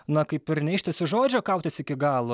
na kaip ir neištesia žodžio kautis iki galo